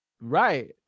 Right